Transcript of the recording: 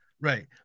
right